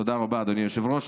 תודה רבה, אדוני היושב-ראש.